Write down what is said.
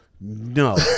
no